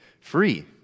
free